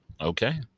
Okay